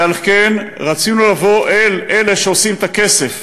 ועל כן רצינו לבוא אל אלה שעושים את הכסף,